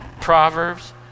Proverbs